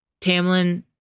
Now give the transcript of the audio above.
Tamlin